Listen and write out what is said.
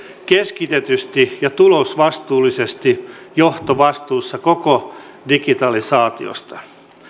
keskitetysti ja tulosvastuullisesti johtovastuussa koko digitalisaatiosta